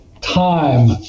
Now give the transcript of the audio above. time